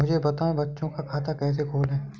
मुझे बताएँ बच्चों का खाता कैसे खोलें?